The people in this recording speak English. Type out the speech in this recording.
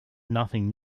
nothing